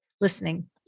listening